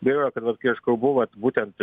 gaila kad kai aš kalbu vat būtent